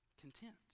content